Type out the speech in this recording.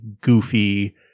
goofy